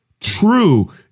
True